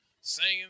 singing